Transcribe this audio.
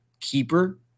keeper